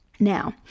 Now